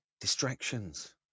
distractions